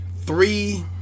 three